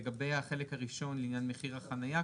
לגבי החלק הראשון לעניין מחיר החניה,